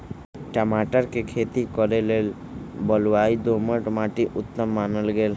टमाटर कें खेती करे लेल बलुआइ दोमट माटि उत्तम मानल गेल